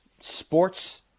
Sports